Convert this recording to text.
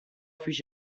پیش